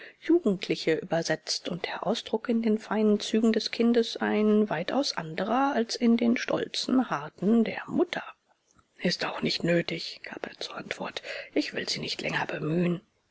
jugendliche übersetzt und der ausdruck in den feinen zügen des kindes ein weitaus anderer als in den stolzen harten der mutter ist auch nicht nötig gab er zur antwort ich will sie nicht länger bemühen